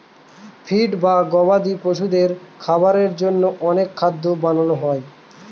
feed বা গবাদি পশুদের খাবারের জন্য অন্য খাদ্য বানানো হয়